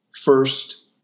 First